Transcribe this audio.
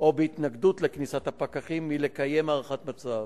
או בהתנגדות לכניסת הפקחים הן לקיים הערכת מצב,